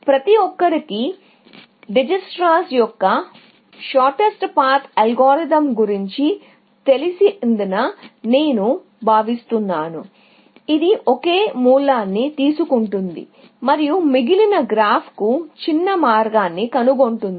ప్రతి ఒక్కరికి డిజికిస్ట్రా యొక్క షార్టెస్ట్ పాత్ అల్గోరిథం గురించి తెలుసు అని నేను భావిస్తున్నాను ఇది ఒకే మూలాన్ని తీసుకుంటుంది మరియు మిగిలిన గ్రాఫ్కు చిన్న మార్గాన్ని కనుగొంటుంది